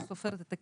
שסופרת את הכסף,